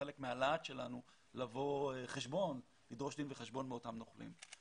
חלק מהלהט שלנו לבוא חשבון ולדרוש דין וחשבון מאותם נוכלים.